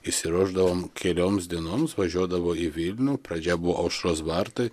išsiruošdavom kelioms dienoms važiuodavo į vilnių pradžia buvo aušros vartai